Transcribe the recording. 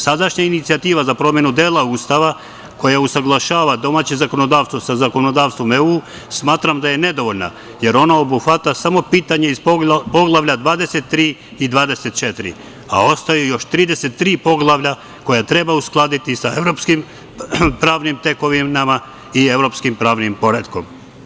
Sadašnja inicijativa za promenu dela Ustava, koja usaglašava domaće zakonodavstvo sa zakonodavstvom EU, smatram da je nedovoljna, jer ona obuhvata samo pitanje iz poglavlja 23 i 24, a ostaju još 33 poglavlja koja treba uskladiti sa evropskim pravnim tekovinama i evropskim pravnim poretkom.